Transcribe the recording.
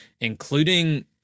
including